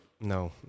No